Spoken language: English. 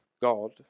God